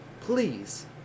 please